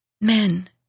men